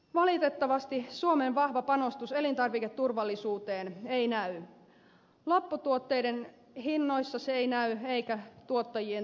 valitettavasti suomen vahva panostus elintarviketurvallisuuteen ei näy lopputuotteiden hinnoissa eikä tuottajien tileissä